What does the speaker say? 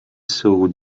saw